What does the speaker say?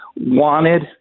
wanted